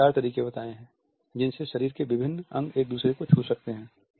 उन्होंने चार तरीके बताए हैं जिनसे शरीर के विभिन्न अंग एक दूसरे को छू सकते हैं